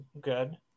good